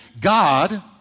God